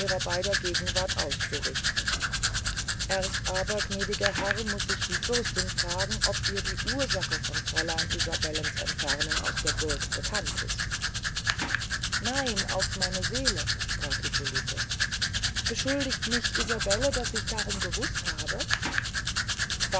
ihrer beyder gegenwart auszurichten erst aber gnädiger herr muß ich die fürstin fragen ob ihr die ursache von fräulein isabellens entfernung aus der burg bekannt ist nein auf meine seele sprach hippolite beschuldigt mich isabelle daß ich darum gewußt habe